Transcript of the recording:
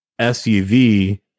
SUV